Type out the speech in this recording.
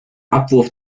abwurf